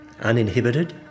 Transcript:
uninhibited